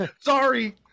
Sorry